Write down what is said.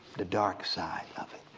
the dark side of it,